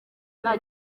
nta